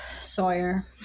Sawyer